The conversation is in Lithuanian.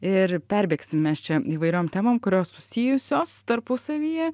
ir perbėgsim mes čia įvairiom temom kurios susijusios tarpusavyje